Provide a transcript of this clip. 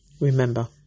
Remember